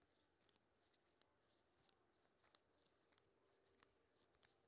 बीमा के दावा कोना के सके छिऐ?